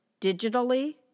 digitally